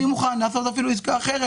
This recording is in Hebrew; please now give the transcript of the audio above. אני מוכן לעשות אפילו עסקה אחרת,